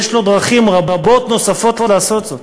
יש לו דרכים רבות נוספות לעשות זאת.